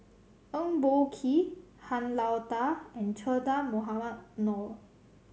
Eng Boh Kee Han Lao Da and Che Dah Mohamed Noor